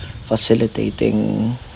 facilitating